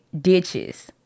ditches